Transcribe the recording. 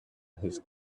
his